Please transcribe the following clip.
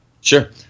Sure